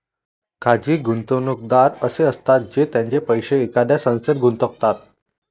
खाजगी गुंतवणूकदार असे असतात जे त्यांचे पैसे एखाद्या संस्थेत गुंतवतात